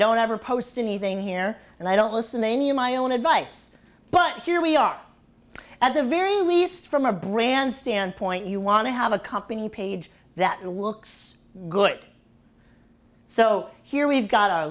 don't ever post anything here and i don't listen to any of my own advice but here we are at the very least from a brand standpoint you want to have a company page that looks good so here we've got